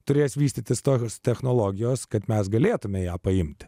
turės vystytis tokios technologijos kad mes galėtumėme ją paimti